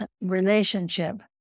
relationship